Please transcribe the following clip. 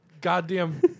goddamn